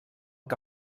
que